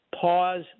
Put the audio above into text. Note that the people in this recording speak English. pause